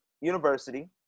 University